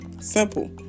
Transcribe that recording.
simple